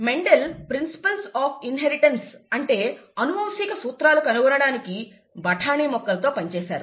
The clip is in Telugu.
మెండల్ ప్రిన్సిపల్స్ ఆఫ్ ఇన్హెరిటెన్స్ అంటే అనువంశిక సూత్రాలను కనుగొనడానికి బఠానీ మొక్కలతో పని చేశారు